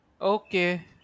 Okay